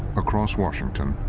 across washington,